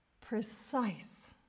Precise